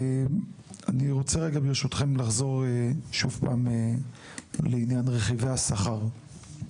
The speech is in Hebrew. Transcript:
אני רוצה רגע ברשותכם לחזור שוב פעם לעניין רכיבי השכר.